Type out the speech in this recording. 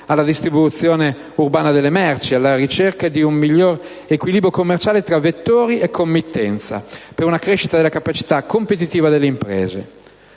alla distribuzione urbana delle merci e alla ricerca di un miglior equilibrio commerciale tra vettori e committenza, per una crescita della capacità competitiva delle imprese.